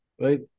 right